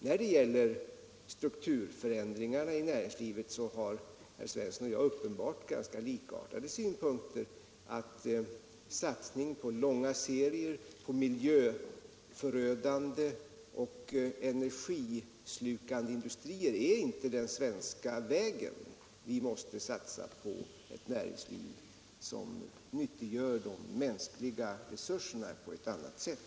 När det gäller strukturförändringarna i näringslivet har herr Svensson och jag uppenbarligen ganska likartade synpunkter: att satsning på långa serier, på miljöförödande och energislukande industrier inte är den svenska vägen. Vi måste satsa på ett näringsliv som nyttiggör de mänskliga resurserna på ett annat sätt.